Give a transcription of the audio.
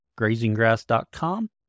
grazinggrass.com